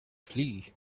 flee